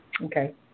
Okay